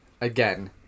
again